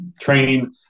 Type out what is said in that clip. training